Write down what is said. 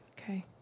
Okay